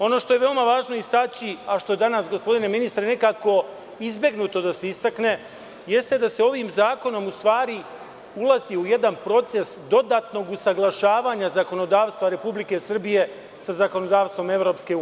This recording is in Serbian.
Ono što je veoma važno istaći a što je danas, gospodine ministre, nekako izbegnuto da se istakne, jeste da se ovim zakonom u stvari ulazi u jedan proces dodatnog usaglašavanja zakonodavstva Republike Srbije sa zakonodavstvom EU.